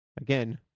Again